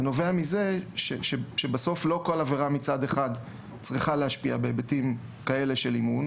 זה נובע מכך שבסוף לא כל עבירה צריכה להשפיע בהיבטים של אימון,